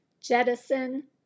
Jettison